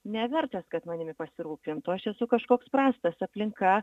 nevertas kad manimi pasirūpintų aš esu kažkoks prastas aplinka